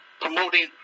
promoting